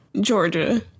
Georgia